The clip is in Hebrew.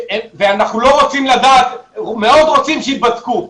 אנחנו לא רוצים לדעת מאוד רוצים שייבדקו.